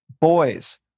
boys